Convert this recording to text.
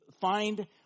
find